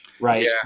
right